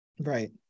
Right